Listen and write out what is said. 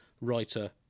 writer